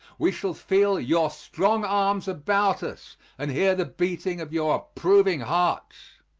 we shall feel your strong arms about us and hear the beating of your approving hearts!